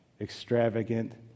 extravagant